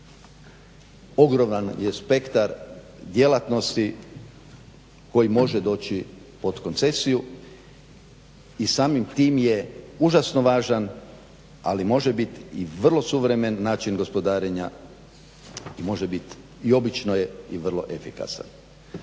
Ogroman je spektar djelatnosti koji može doći pod koncesiju i samim tim je užasno važan, ali može bit i vrlo suvremen način gospodarenja, i može bit i obično je i vrlo efikasan.